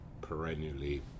perennially